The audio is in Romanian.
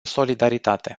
solidaritate